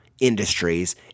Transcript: industries